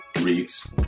reads